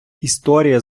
історія